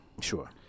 Sure